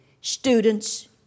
students